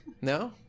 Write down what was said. no